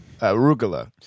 arugula